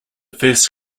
first